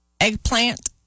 eggplant